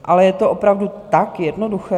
Ale je to opravdu tak jednoduché?